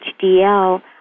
HDL